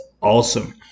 awesome